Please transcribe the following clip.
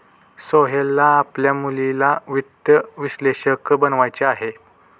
सोहेलला आपल्या मुलीला वित्त विश्लेषक बनवायचे आहे